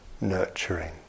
nurturing